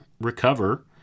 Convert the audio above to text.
recover